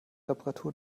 reparatur